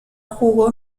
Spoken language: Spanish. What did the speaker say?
jugó